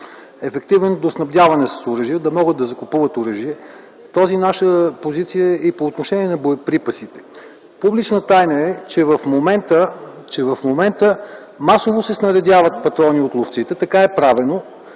ефективен до снабдяване с оръжие, да могат да закупуват оръжие. Тази наша позиция е и по отношение на боеприпасите. Публична тайна е, че в момента масово се снаредяват патрони от ловците. Така е правено.